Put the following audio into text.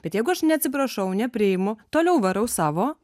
bet jeigu aš neatsiprašau nepriimu toliau varau savo